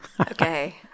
Okay